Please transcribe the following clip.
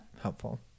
helpful